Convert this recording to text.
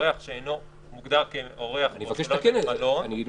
אני אהיה ממש עלוקה, אני אומר